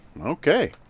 Okay